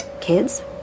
kids